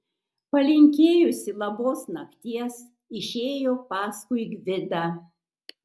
palinkėjusi labos nakties išėjo paskui gvidą